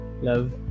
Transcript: love